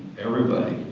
everybody.